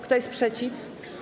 Kto jest przeciw?